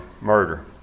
murder